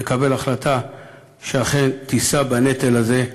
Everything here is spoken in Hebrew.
נקבל החלטה שאכן היא תישא בנטל הזה,